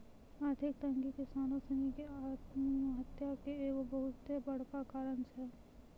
आर्थिक तंगी किसानो सिनी के आत्महत्या के एगो बहुते बड़का कारण छै